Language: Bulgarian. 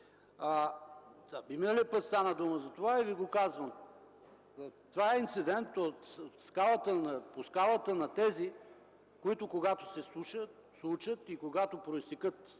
И миналия път стана дума за това и ви го казвам – това е инцидент по скалата на тези, които, когато се случат и когато произтекат